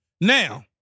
Now